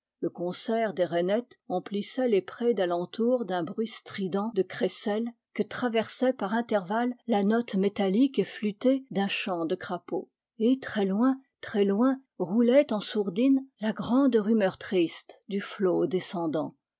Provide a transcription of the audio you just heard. le concert des rainettes emplissait les prés d'alentour d'un bruit strident de crécelles que traversait par intervalles la note métallique et flûtée d'un chant de crapaud et très loin très loin roulait en sourdine la grande rumeur triste du flot descendant